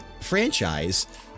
franchise